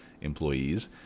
employees